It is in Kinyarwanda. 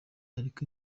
ariko